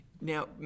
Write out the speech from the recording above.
Now